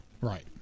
Right